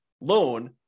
loan